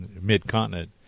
mid-continent